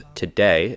today